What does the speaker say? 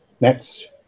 Next